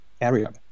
area